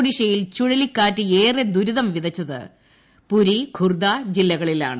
ഒഡീഷയിൽ ചുഴലിക്കാറ്റ് ഏറെ ദുരിതം വിതച്ചത് പുരി ഖുർദ ജില്ലകളിലാണ്